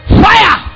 fire